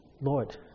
Lord